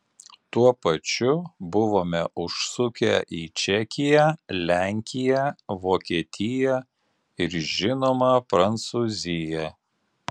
tuo pačiu buvome užsukę į čekiją lenkiją vokietiją ir žinoma prancūziją